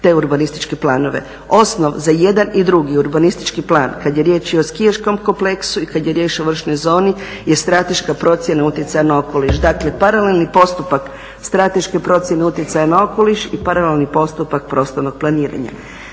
te urbanističke planove. Osnov za jedan i drugi urbanistički plan, kad je riječ i o skijaškom kompleksu i kad je riječ o vršnoj zoni je strateška procjena utjecaja na okoliš. Dakle, paralelni postupak strateške procjene utjecaja na okoliš i paralelni postupak prostornog planiranja.